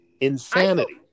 insanity